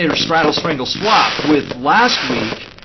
and straddle strangle swap with last week,